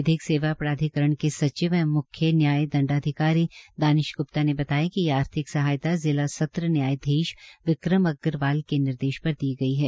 विधिक सेवा प्राधिकरण के सचिव एंव मुख्य न्याय दंडाधिकारी दानिश ग्प्ता ने बताया कि ये आर्थिक सहायता जिला सत्र न्यायधीश विक्रम अग्रवाल के निर्देश पर दी गई है